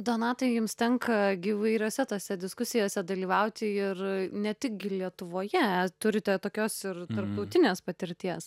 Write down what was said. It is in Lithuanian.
donatai jums tenka įvairiose tose diskusijose dalyvauti ir ne tik gi lietuvoje turite tokios ir tarptautinės patirties